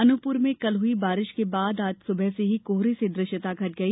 अनूपपुर में कल हुई बारिष के बाद आज सुबह से ही कोहरे से दृष्यता घट गई